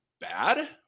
bad